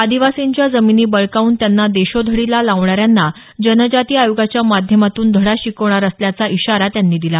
आदीवासींच्या जमीनी बळकावून त्यांना देशोधडीला लावणाऱ्यांना जनजाती आयोगाच्या माध्यमातून धडा शिकवणार असल्याचा इशारा त्यांनी दिला